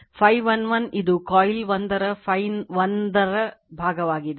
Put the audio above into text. Φ1 1 ಇದು ಕಾಯಿಲ್ 1 ರ Φ1 ನ ಭಾಗವಾಗಿದೆ